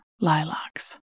lilacs